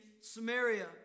Samaria